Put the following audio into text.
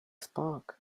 spark